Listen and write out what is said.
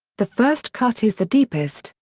the first cut is the deepest,